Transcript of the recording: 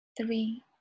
three